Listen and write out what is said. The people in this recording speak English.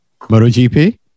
MotoGP